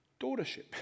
daughtership